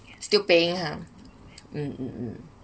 still paying ha mm mm mm